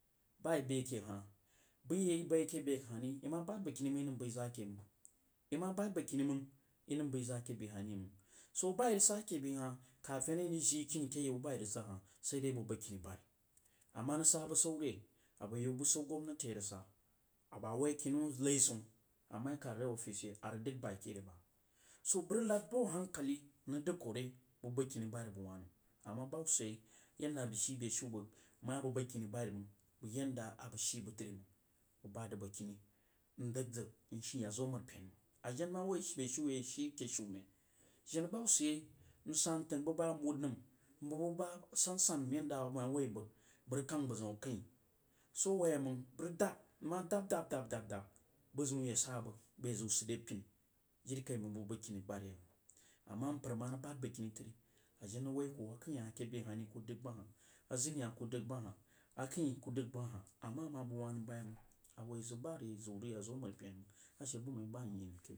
Bah yi bəa ke hah bəi yi ayi bəg ke bəa hah ri yi ma bahd bəgkini mang nəm bəi zəg ake beh hah ri mang yi ma bahd bəgkini mang yi nəm bəi zah ake bəa hah ri mang so baa ayi rig sah ake bəa hah kafin a yi rig jii kini ake yau ba ayi rig sa hah sai bəg bəgkini badri ama rig saa busau re abo yau busau gwabnati a rig sah ba wai kinau lai ziun ama ye kahd re office she a rig dəg bah ke ve bah bəg rig lad buh a hankali mrig dəg kuh re bəg bəgkini badri bəg wah nəm ama bəg yanda nrig shii behu bəg maa bəg bəgkini badri mang bəg yanda abəg shii bəg dri mang bəg bahd zəg bəgkini ndəg zəg shi yak zoh amərpən mang a jen ma woi beshiu ye ayi shi ake shumen jena bah hubba sid yai bəg san təng, bəg bah amuld nəm mbəg bubah a sansan nəm yadda ama woí bəg bəg rig kang buh ziuno akəin so a woí mang bəg rig dab nma dab dab dab buh ziun ya sa bəg bəg ye ziu sid re pini jirikaimand bəg bəg bəg kini bahdri nəm ama npər ama rig bahd bəgkini a jen rig woí kuh akəin hah kuh dəg bah hah a zənii hah kah dəg bah hah akəin kuh dəb bah hah ama awah bəg wah nəm bayaumang a woi zəg bah rig yak zəg wab zoh amər pen mang ashe buh mai bah myi nəm ake.